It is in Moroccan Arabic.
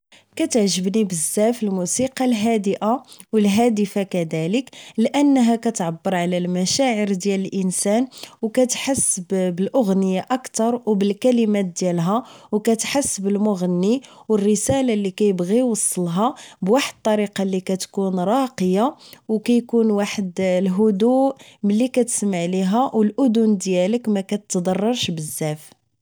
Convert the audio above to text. كتعجبني بزاف الموسيقى الهادئة و الهادفة كذالك لانها كتعبر على المشاعر ديال الانسان و كتحس بالاغنية اكثر و بالكلمات ديالها و كتحس بالمغني و الرسالة اللي كيبغي يوصلها بواحد الطريقة لكتكون راقية و كيكون واحد الهدوء ملي كتسمع ليها و الاذن ديالك مكتضررش بزاف